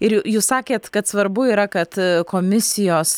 ir ju jūs sakėt kad svarbu yra kad komisijos